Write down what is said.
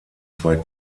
zwei